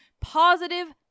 positive